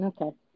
Okay